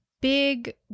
big